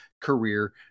career